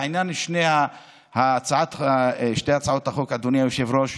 לעניין שתי הצעות החוק, אדוני היושב-ראש,